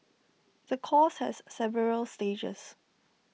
the course has several stages